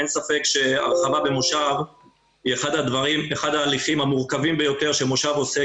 אין ספק שהרחבה במושב היא אחד ההליכים המורכבים ביותר שמושב עושה,